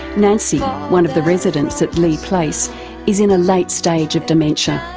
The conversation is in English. nancy, one of the residents at leigh place is in a late stage of dementia.